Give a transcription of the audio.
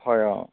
হয় অঁ